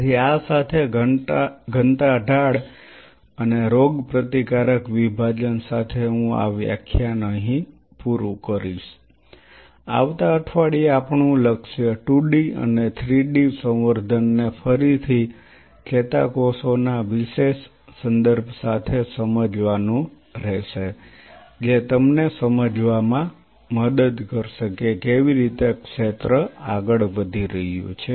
તેથી આ સાથે ઘનતા ઢાળ અને રોગપ્રતિકારક વિભાજન સાથે હું આ વ્યાખ્યાન પૂરું કરીશ આવતા અઠવાડિયે આપણું લક્ષ્ય 2 D અને 3 D સંવર્ધન ને ફરીથી ચેતાકોષોના વિશેષ સંદર્ભ સાથે સમજવાનું રહેશે જે તમને સમજવામાં મદદ કરશે કે કેવી રીતે ક્ષેત્ર આગળ વધી રહ્યું છે